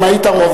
אם היית רוב,